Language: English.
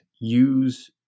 use